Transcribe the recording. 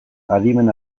adimen